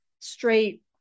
straight